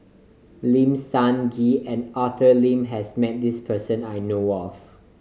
Lim Sun Gee and Arthur Lim has met this person that I know of